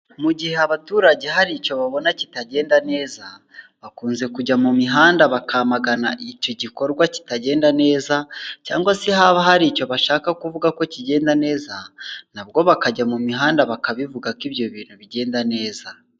Mu gihe abaturage hari icyo babona kitagenda neza bakunze kujya mu mihanda bakamagana icyo gikorwa kitagenda neza cyangwa se haba hari icyo bashaka kuvuga ko kigenda neza nabwo bakajya mu mihanda bakabivuga ko ibyo bintu bigenda neza.